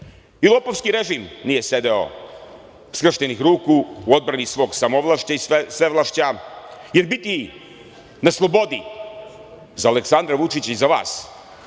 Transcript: Ni lopovski režim nije sedeo skršenih ruku u odbrani svog samovlašća i svevlašća, jer biti na slobodi za Aleksandra Vučića za vas